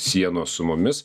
sienos su mumis